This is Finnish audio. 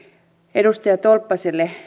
edustaja tolppaselle